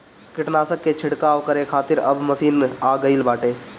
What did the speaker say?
कीटनाशक के छिड़काव करे खातिर अब मशीन आ गईल बाटे